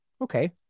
Okay